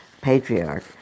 patriarch